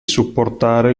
supportare